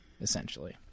essentially